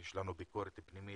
שיש לנו ביקורת פנימית,